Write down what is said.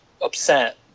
upset